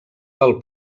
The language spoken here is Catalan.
del